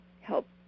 help